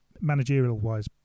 Managerial-wise